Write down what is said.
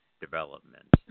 development